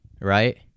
right